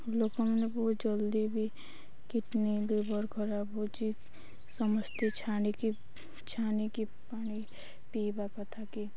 ଲୋକମାନେ ବହୁତ ଜଲ୍ଦି ବି କିଡ଼ନୀ ଲିଭର୍ ଖରାପ ହେଉଛି ତ ସମସ୍ତେ ଛାଣିକି ଛାଣିକି ପାଣି ପିଇବା କଥା କି